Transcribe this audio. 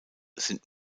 sind